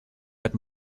had